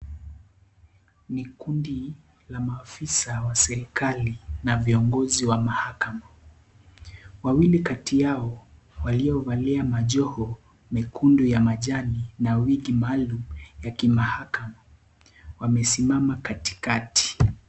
Ni kundi la maafisa wa serikali na viongozi wa mahakama, wawili kati yao waliovali majoho mekundu ya majani na wigi maalum ya kimahakama wamesimama katikati.